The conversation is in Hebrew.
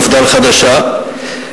מפד"ל החדשה.